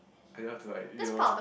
I don't have to like yo